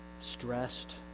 stressed